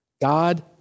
God